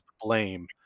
blame